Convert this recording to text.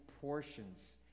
portions